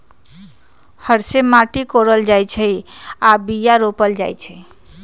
हर से माटि कोरल जाइ छै आऽ बीया रोप्ल जाइ छै